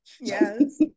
yes